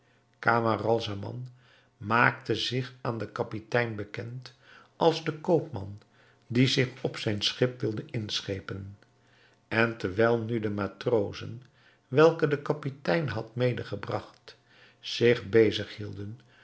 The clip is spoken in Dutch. camaralzaman maakte zich aan den kapitein bekend als de koopman die zich op zijn schip wilde inschepen en terwijl nu de matrozen welke de kapitein had medegebragt zich bezig hielden